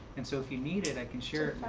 and so if you need it, i can